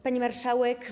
Pani Marszałek!